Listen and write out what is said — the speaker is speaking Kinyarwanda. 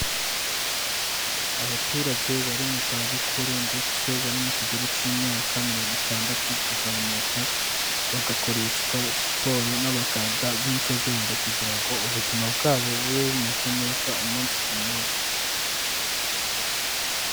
Abaturage bari mu zabukuru ndetse bari mu kigero cy'imyaka mirongo itandatu kuzamuka, bagakoreshwa siporo n'abaganga b'inzobere kugira ngo ubuzima bwabo bube bumeze neza umunsi ku munsi.